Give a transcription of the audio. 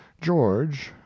George